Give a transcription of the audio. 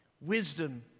Wisdom